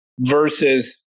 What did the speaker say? versus